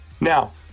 Now